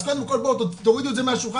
אז קודם כל, בואו תורידו את זה מהשולחן